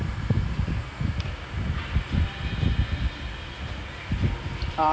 நீ அந்த:nee antha one hour um like full ah play பண்ணனும்:pannanum to see which is tamil part it's kind of like you might as well do eighty right